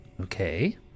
Okay